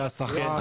והשכר,